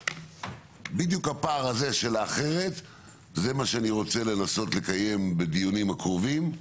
ובדיוק הפער הזה של האחרת זה מה שאני רוצה לנסות לקיים בדיונים הקרובים,